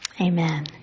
Amen